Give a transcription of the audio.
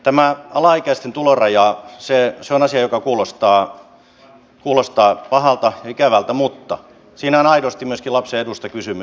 tämä alaikäisten tuloraja on asia joka kuulostaa pahalta ja ikävältä mutta siinä on aidosti myöskin lapsen edusta kysymys